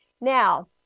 now